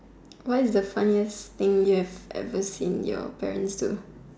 What is the funniest thing you have ever seen your parents do